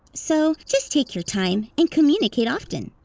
so just take your time and communicate often.